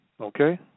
Okay